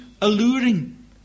alluring